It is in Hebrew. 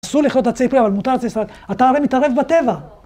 אסור לכרות הצי פרי, אבל מותר עצי סרק, אתה הרי מתערב בטבע!